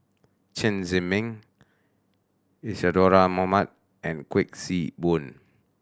Chen Zhiming Isadhora Mohamed and Kuik Swee Boon